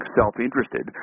self-interested